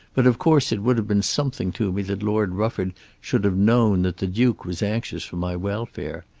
but of course it would have been something to me that lord rufford should have known that the duke was anxious for my welfare.